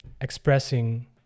expressing